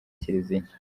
kiliziya